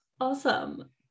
Awesome